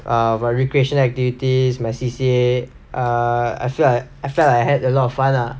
err for recreation activities my C_C_A err I feel like I felt like I had a lot of fun lah